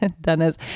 Dennis